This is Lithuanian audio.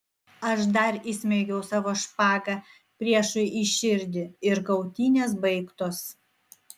aš dar įsmeigiau savo špagą priešui į širdį ir kautynės baigtos